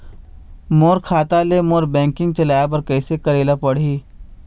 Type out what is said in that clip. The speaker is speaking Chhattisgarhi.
मोर खाता ले मोर बैंकिंग चलाए बर कइसे करेला पढ़ही?